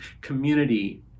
community